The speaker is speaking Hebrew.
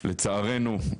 לצערנו,